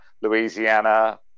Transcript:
louisiana